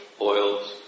oils